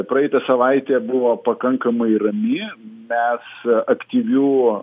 praeitą savaitę buvo pakankamai rami mes aktyvių